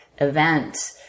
event